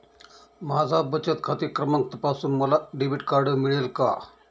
माझा बचत खाते क्रमांक तपासून मला डेबिट कार्ड मिळेल का?